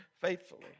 faithfully